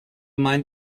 mind